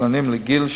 המתוקננים לגיל,